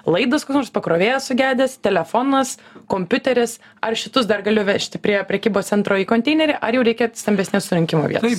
laidas koks nors pakrovėjas sugedęs telefonas kompiuteris ar šitus dar galiu vežti prie prekybos centro į konteinerį ar jau reikia stambesnės surinkimo vietos